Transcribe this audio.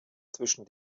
zwischen